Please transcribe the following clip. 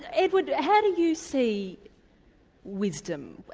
ah edward how do you see wisdom,